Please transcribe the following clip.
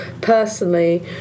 personally